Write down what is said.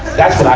that's what